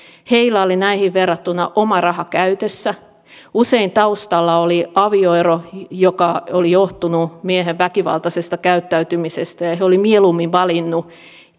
heillä oli näihin verrattuna oma raha käytössä usein taustalla oli avioero joka oli johtunut miehen väkivaltaisesta käyttäytymisestä ja ja he olivat mieluummin valinneet